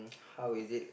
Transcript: how is it